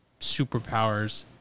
superpowers